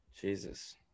Jesus